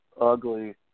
ugly